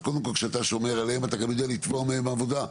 אז קודם כל כשאתה שומר עליהם אתה גם יודע לתבוע מהם עבודה,